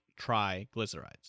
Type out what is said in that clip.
triglycerides